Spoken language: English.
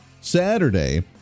Saturday